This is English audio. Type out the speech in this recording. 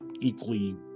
equally